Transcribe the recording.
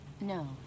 No